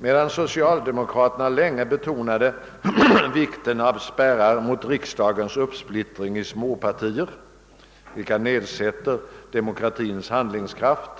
Medan socialdemokraterna länge betonade vikten av spärrar mot riksdagens uppsplittring i småpartier vilka nedsätter demokratins handlingskraft,